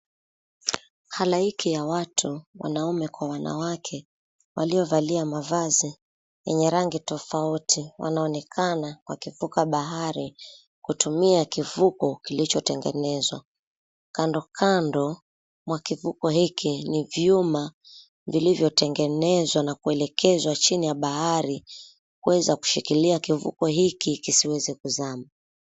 Halaiki ya watu, wanaume kwa wanawake, waliovalia mavazi yenye rangi tofauti, wanaonekana wakivuka bahari kutumia kivuko kilichotengenezwa. Kando kando mwa kivuko hiki ni vyuma vilivyotengenezwa na kuelekezwa chini ya bahari kuweza kushikilia kivuko hiki kisiweze kuzama.